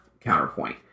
counterpoint